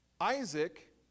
Isaac